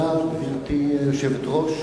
גברתי היושבת-ראש,